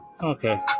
Okay